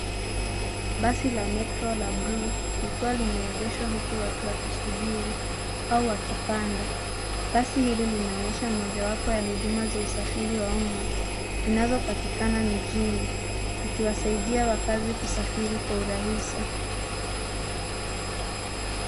Basi la metro la buluu likiwa limeegeshwa huku watu wakisubiri au wakipanda. Basi hili linaonyesha mojawapo ya huduma za usafiri wa umma zinazopatikana mjini ikiwasaidia wakaazi kusafiri kwa urahisi.